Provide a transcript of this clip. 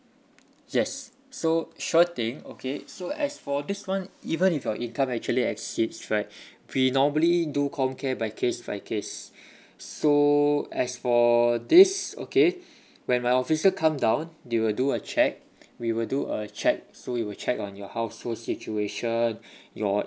yes so sure thing okay so as for this [one] even if your income actually exceeds right we normally do comcare by case by case so as for this okay when my officer come down they will do a check we will do a check so we will check on your household situation your